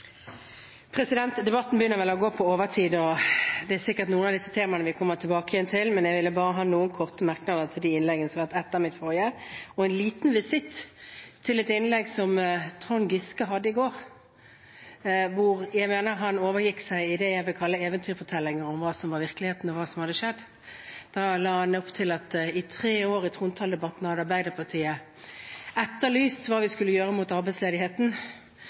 Debatten begynner vel å gå på overtid, og det er sikkert noen av disse temaene vi kommer tilbake til, men jeg vil gi noen korte merknader til de innleggene som har vært holdt etter mitt forrige. Først en liten visitt til et innlegg som Trond Giske hadde i går, hvor jeg mener han overgikk seg selv i det jeg vil kalle eventyrfortelling om hva som var virkeligheten, og hva som hadde skjedd. Der sa han at Arbeiderpartiet i trontaledebatten gjennom tre år har etterlyst hva vi skulle gjøre med arbeidsledigheten,